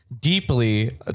deeply